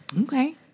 Okay